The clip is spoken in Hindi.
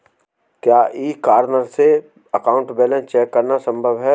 क्या ई कॉर्नर से अकाउंट बैलेंस चेक करना संभव है?